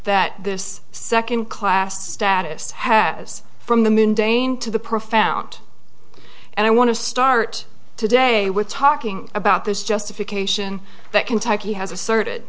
that this second class status has from the mundane to the profound and i want to start today with talking about this justification that kentucky has asserted